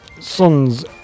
Sons